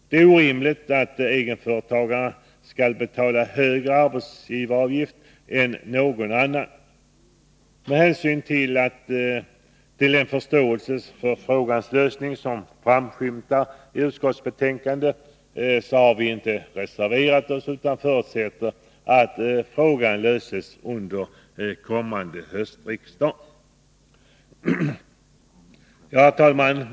Det är orimligt att egenföretagarna skall betala högre arbetsgivaravgift än någon annan. Med hänsyn till den förståelse för frågans lösning som framskymtar i utskottsbetänkandet, har vi inte reserverat oss utan förutsätter att frågan löses under kommande höstriksdag. Fru talman!